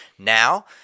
Now